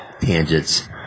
tangents